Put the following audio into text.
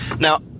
now